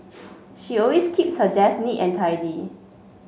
she always keeps her desk neat and tidy